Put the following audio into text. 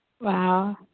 Wow